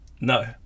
no